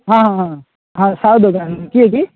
ହଁ ହଁ ହଁ ସାହୁ ଦୋକାନ କିଏ କି